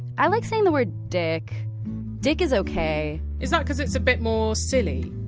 i like saying the word dick dick is ok is that because it's a bit more silly?